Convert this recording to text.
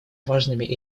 важными